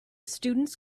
students